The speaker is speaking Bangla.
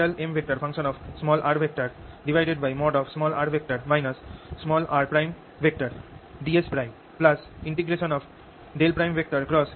r r